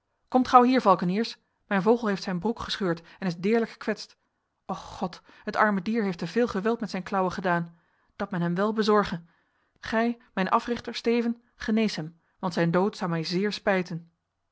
komt gauw hier valkeniers mijn vogel heeft zijn broek gescheurd en is deerlijk gekwetst och god het arme dier heeft te veel geweld met zijn klauwen gedaan dat men hem wel bezorge gij mijn africhter steven genees hem want zijn dood zou mij zeer spijten